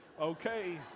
Okay